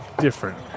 Different